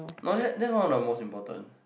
no that that one of the most important